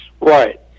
Right